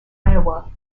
iowa